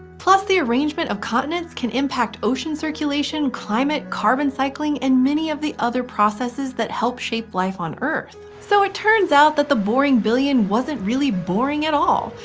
plus, the arrangement of the continents can impact ocean circulation, climate, carbon cycling, and many of the other processes that help shape life on earth. so it turns out that the boring billion wasn't really boring at all!